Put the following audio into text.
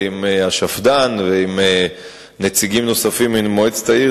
עם נציגי השפד"ן ועם נציגים נוספים ממועצת העיר,